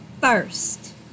first